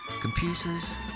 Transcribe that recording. computers